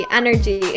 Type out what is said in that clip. energy